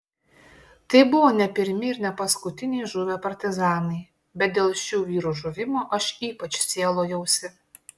tai buvo ne pirmi ir ne paskutiniai žuvę partizanai bet dėl šių vyrų žuvimo aš ypač sielojausi